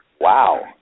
wow